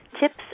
tips